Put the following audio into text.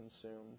consumed